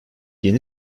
yeni